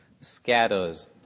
scatters